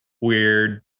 weird